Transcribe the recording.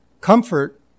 Comfort